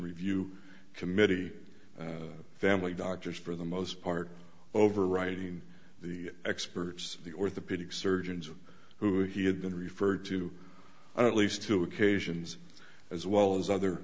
review committee family doctors for the most part overriding the experts the orthopedic surgeons who he had been referred to at least two occasions as well as other